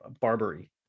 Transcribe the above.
Barbary